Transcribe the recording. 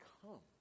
come